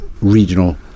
regional